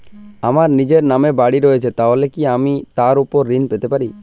আমার নিজের নামে বাড়ী রয়েছে তাহলে কি আমি তার ওপর ঋণ পেতে পারি?